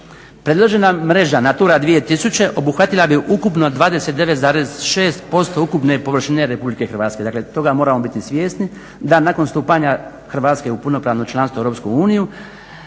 Predložena mreža Natura 2000. obuhvatila bi ukupno 29,6% ukupne površine RH. Dakle, toga moramo biti svjesni, da nakon stupanja Hrvatske u punopravno članstvo u EU negdje